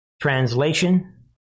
Translation